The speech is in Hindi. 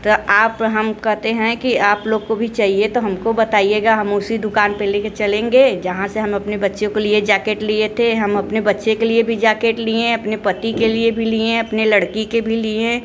तो आप हम कहते हैं कि आप लोग को भी चाहिए तो हमको बताइएगा हम उसी दुकान पे ले के चलेंगे जहाँ से हम अपने बच्चे को लिए जाकेट लिए थे हम अपने बच्चे के लिए भी जाकेट लिए अपने पति के लिए भी लिए अपने लड़की के भी लिए